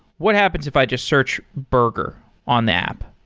what happens if i just search burger on the app?